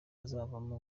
azavamo